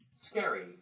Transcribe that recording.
Scary